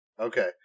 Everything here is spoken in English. Okay